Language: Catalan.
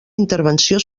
intervenció